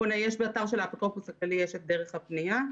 באתר של האפוטרופוס הכללי יש את דרך הפנייה.